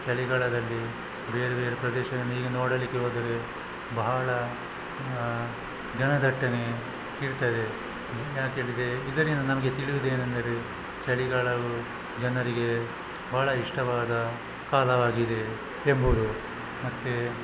ಚಳಿಗಾಲದಲ್ಲಿ ಬೇರೆ ಬೇರೆ ಪ್ರದೇಶವನ್ನು ಈಗ ನೋಡಲಿಕ್ಕೆ ಹೋದರೆ ಬಹಳ ಜನದಟ್ಟಣೆ ಇರ್ತದೆ ಯಾಕೇಳಿದರೆ ಇದರಿಂದ ನಮಗೆ ತಿಳಿಯುವುದೇನೆಂದರೆ ಚಳಿಗಾಲವು ಜನರಿಗೆ ಬಹಳ ಇಷ್ಟವಾದ ಕಾಲವಾಗಿದೆ ಎಂಬುದು ಮತ್ತು